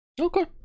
Okay